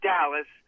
Dallas